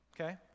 okay